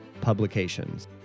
publications